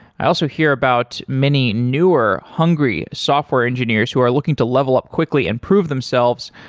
i also hear about many, newer, hungry software engineers who are looking to level up quickly and prove themselves.